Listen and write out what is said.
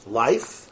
life